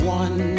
one